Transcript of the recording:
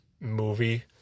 movie